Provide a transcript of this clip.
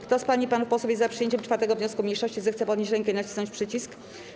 Kto z pań i panów posłów jest za przyjęciem 4. wniosku mniejszości, zechce podnieść rękę i nacisnąć przycisk.